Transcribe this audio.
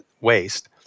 waste